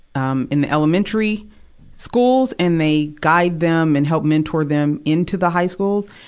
um, in the elementary schools and they guide them and help mentor them into the high schools.